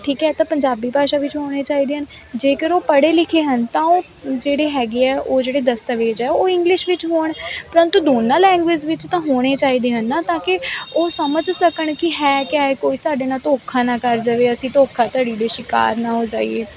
ਠੀਕ ਹੈ ਤਾਂ ਪੰਜਾਬੀ ਭਾਸ਼ਾ ਵਿੱਚ ਆਉਣੇ ਚਾਹੀਦੇ ਹਨ ਜੇਕਰ ਉਹ ਪੜ੍ਹੇ ਲਿਖੇ ਹਨ ਤਾਂ ਉਹ ਜਿਹੜੇ ਹੈਗੇ ਆ ਉਹ ਜਿਹੜੇ ਦਸਤਾਵੇਜ਼ ਆ ਉਹ ਇੰਗਲਿਸ਼ ਵਿੱਚ ਹੋਣ ਪਰੰਤੂ ਦੋਨਾਂ ਲੈਂਗੁਏਜ ਵਿੱਚ ਤਾਂ ਹੋਣੇ ਚਾਹੀਦੇ ਹਨ ਨਾ ਤਾਂ ਕਿ ਉਹ ਸਮਝ ਸਕਣ ਕੀ ਹੈ ਕਿਆ ਏ ਕੋਈ ਸਾਡੇ ਨਾਲ ਧੋਖਾ ਨਾ ਕਰ ਜਾਵੇ ਅਸੀਂ ਧੋਖਾਧੜੀ ਦੇ ਸ਼ਿਕਾਰ ਨਾ ਹੋ ਜਾਈਏ